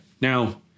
Now